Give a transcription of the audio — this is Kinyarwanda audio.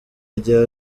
rya